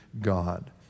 God